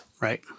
Right